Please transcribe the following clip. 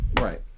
Right